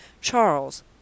Charles